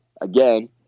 again